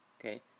Okay